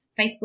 facebook